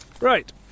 Right